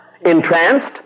entranced